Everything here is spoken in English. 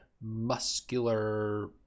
muscular